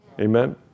Amen